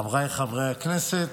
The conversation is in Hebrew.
חבריי חברי הכנסת,